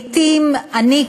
אני,